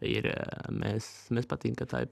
ir mes mes patinka taip